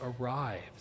arrives